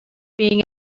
being